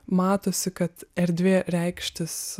matosi kad erdvė reikštis